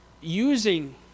using